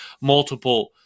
multiple